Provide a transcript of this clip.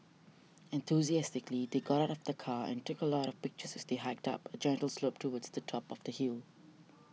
enthusiastically they got out of the car and took a lot of pictures as they hiked up a gentle slope towards the top of the hill